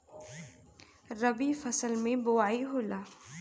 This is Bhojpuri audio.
रबी फसल मे बोआई होला?